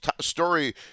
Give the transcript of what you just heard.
story